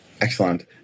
Excellent